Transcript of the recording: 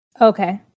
Okay